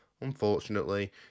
unfortunately